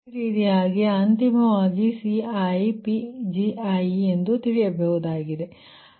ಈ ರೀತಿಯಾಗಿ ನೀವು ಅಂತಿಮವಾಗಿ Ci ತಿಳಿಯಬಹುದಾಗಿದೆ